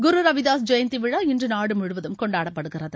குரு ரவிதாஸ் ஜெயந்தி விழா இன்று நாடு முழுவதும் கொண்டாடப்படுகிறது